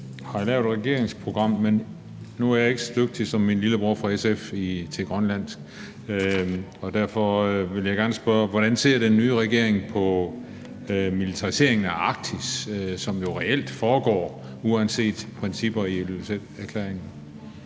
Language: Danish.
har lavet et regeringsprogram, men nu er jeg ikke så dygtig som min lillebror fra SF til grønlandsk, så derfor vil jeg gerne spørge, hvordan den nye regering ser på militariseringen af Arktis, som jo reelt foregår uanset principper i Ilulissaterklæringen.